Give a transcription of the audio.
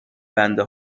بنده